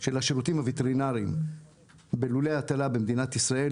של השירותים הווטרינריים בלולי הטלה במדינת ישראל,